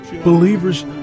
believers